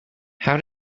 how